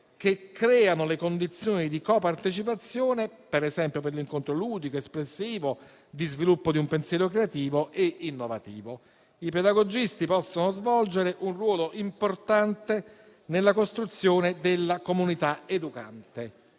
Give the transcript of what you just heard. che creano le condizioni di co-partecipazione, per esempio per l'incontro ludico, espressivo e di sviluppo di un pensiero creativo e innovativo. I pedagogisti possono svolgere un ruolo importante nella costruzione della comunità educante,